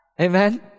amen